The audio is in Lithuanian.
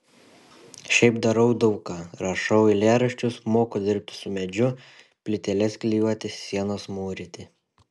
šiaip darau daug ką rašau eilėraščius moku dirbti su medžiu plyteles klijuoti sienas mūryti